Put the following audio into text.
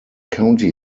county